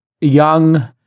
young